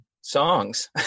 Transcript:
songs